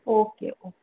okay okay